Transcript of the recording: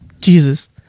Jesus